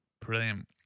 Brilliant